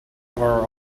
are